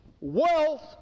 wealth